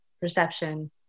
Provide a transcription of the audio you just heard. perception